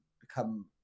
become